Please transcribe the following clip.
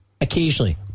occasionally